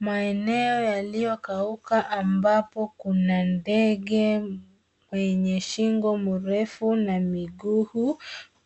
Maeneo yaliyokauka ambapo kuna ndege mwenye shingo mrefu na na miguu